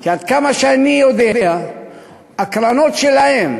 כי עד כמה שאני יודע הקרנות שלהם,